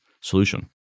solution